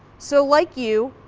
so like you,